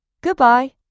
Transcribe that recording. Goodbye